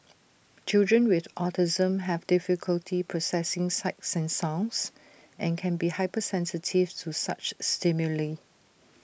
children with autism have difficulty processing sights and sounds and can be hypersensitive to such stimuli